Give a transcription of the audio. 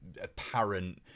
apparent